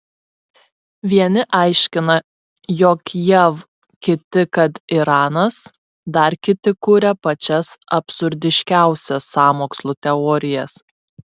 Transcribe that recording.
vieni aiškina jog jav kiti kad iranas dar kiti kuria pačias absurdiškiausias sąmokslų teorijas